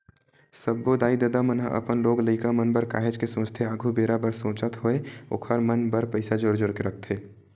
सब्बो दाई ददा मन ह अपन लोग लइका मन बर काहेच के सोचथे आघु बेरा बर सोचत होय ओखर मन बर पइसा जोर जोर के रखथे